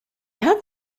have